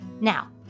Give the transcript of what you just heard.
Now